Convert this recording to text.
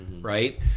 Right